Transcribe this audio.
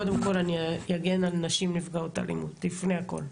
קודם כל אני אגן על נשים נפגעות אלימות לפני הכול.